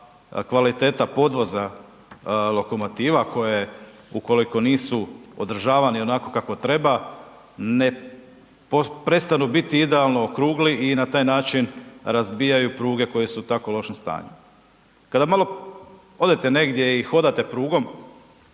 kvaliteta podvoza lokomotiva koje ukoliko nisu održavani onako kako treba ne prestanu biti idealno okrugli i na taj način razbijaju pruge koje su u tako lošem stanju. Kada malo odete negdje i hodate prugom